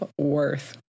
worth